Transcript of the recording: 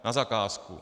Na zakázku.